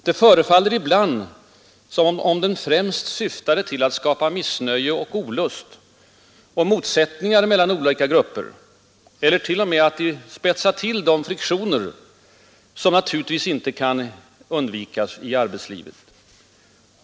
Det förefaller ibland som om den främst syftade till att skapa missnöje och olust och motsättningar mellan olika grupper eller till och med till att spetsa till de friktioner som naturligtvis inte kan undvikas i arbetslivet.